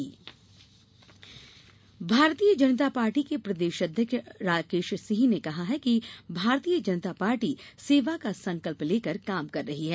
भाजपा बैठक भारतीय जनता पार्टी के प्रदेश अध्यक्ष राकेश सिंह ने कहा है कि भारतीय जनता पाटी सेवा का संकल्प लेकर काम कर रही है